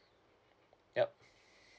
yup